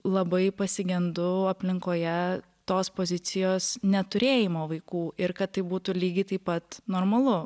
labai pasigendu aplinkoje tos pozicijos neturėjimo vaikų ir kad tai būtų lygiai taip pat normalu